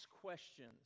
questions